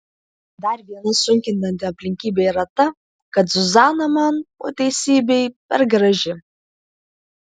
dar viena sunkinanti aplinkybė yra ta kad zuzana man po teisybei per graži